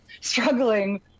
struggling